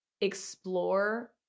explore